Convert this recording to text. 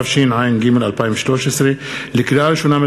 התשע"ג 2013. לקריאה ראשונה,